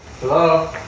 Hello